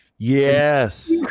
Yes